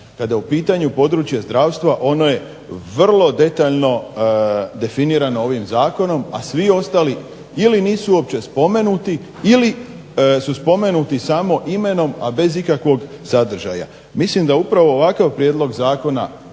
Kada je u pitanju područje zdravstva ono je vrlo detaljno definirano ovim zakonom a svi ostali ili nisu uopće spomenuti ili su spomenuti samo imenom, a bez ikakvog sadržaja. Mislim da upravo ovakav prijedlog zakona